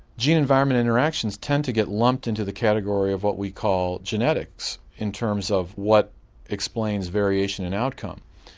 gene environment interactions tend to get lumped into the category of what we call genetics in terms of what explains variation and outcome.